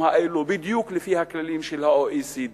האלה בדיוק לפי הכללים של ה-OECD,